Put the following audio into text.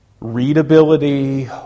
readability